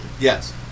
Yes